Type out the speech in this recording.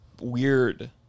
weird